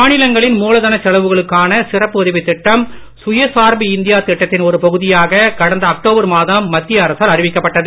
மாநிலங்களின் மூலதனச் செலவுகளுக்கான சிறப்பு உதவித் திட்டம் சுயசார்பு இந்தியா திட்டத்தின் ஒரு பகுதியாக கடந்த அக்டோபர் மாதம் மத்திய அரசால் அறிவிக்கப்பட்டது